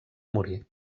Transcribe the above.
morir